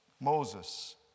Moses